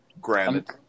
granite